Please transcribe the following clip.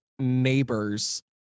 neighbors